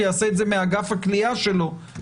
יעשה את זה מאגף הכליאה שלו,